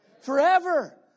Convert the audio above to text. Forever